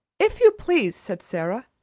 if you please, said sara,